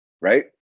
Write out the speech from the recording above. right